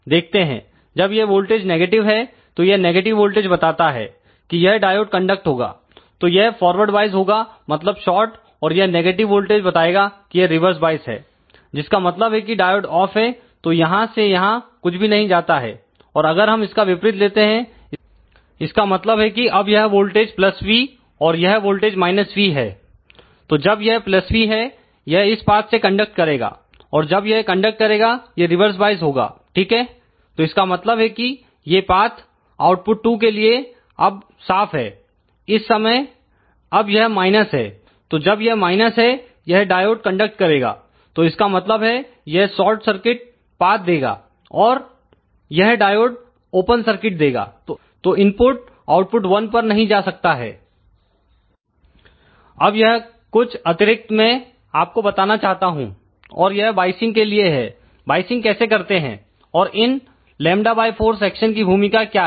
देखते हैं जब यह वोल्टेज नेगेटिव है तो यह नेगेटिव वोल्टेज बताता है कि यह डायोड कंडक्ट होगा तो यह फॉरवर्ड वाइस होगा मतलब शार्ट और यह नेगेटिव वोल्टेज बताएगा कि यह रिवर्स वॉइस है जिसका मतलब है कि डायोड ऑफ है तो यहां से यहां कुछ भी नहीं जाता है और अगर हम इसका विपरीत लेते हैं इसका मतलब है कि अब यह वोल्टेज V और यह वोल्टेज V है तो जब यह V है यह इस पाथ से कंडक्ट करेगा और जब यह कंडक्ट करेगा ये रिवर्स वॉइस होगा ठीक है तो इसका मतलब है कि ये पाथ आउटपुट 2 के लिए अब साफ है इस समय अब यह माइनस है तो जब यह माइनस है यह डायोड कंडक्ट करेगा तो इसका मतलब है यह शार्ट सर्किट पाथ देगा और यह डायोड ओपन सर्किट देगा तो इनपुट आउटपुट 1 पर नहीं जा सकता है अब यह कुछ अतिरिक्त मैं आपको बताना चाहता हूं और यह वाईसिंग के लिए है वाईसिंग कैसे करते हैं और इन λ4 सेक्शन की भूमिका क्या है